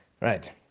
Right